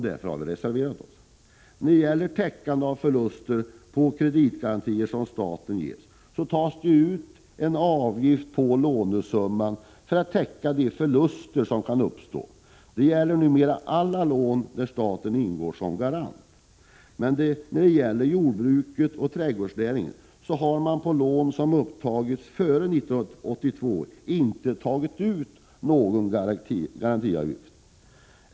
När det gäller täckande av förluster på statliga kreditgarantier tar man nu ut en avgift på lånesumman. Det gäller numera alla lån där staten ingår som garant. Men för jordbruket och trädgårdsnäringen har man på lån som upptagits före 1982 inte tagit ut någon garantiavgift.